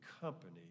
company